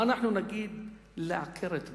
מה אנחנו נגיד לעקרת-בית,